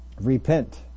Repent